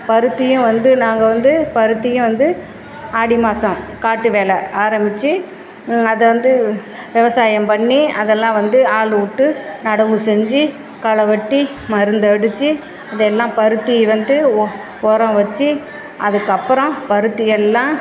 பருத்தியும் வந்து நாங்கள் வந்து பருத்தியும் வந்து ஆடி மாதம் காட்டு வேலை ஆரமித்து அதை வந்து விவசாயம் பண்ணி அதெல்லாம் வந்து ஆள் விட்டு நடவு செஞ்சி களை வெட்டி மருந்தடித்து அதெல்லாம் பருத்தி வந்து ஒ உரம் வச்சி அதுக்கப்புறம் பருத்தியெல்லாம்